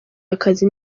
akazi